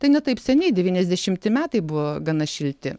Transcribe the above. tai ne taip seniai devyniasdešimti metai buvo gana šilti